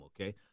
okay